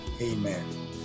Amen